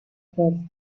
pat